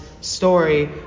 story